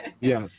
Yes